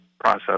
process